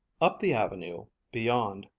up the avenue, beyond,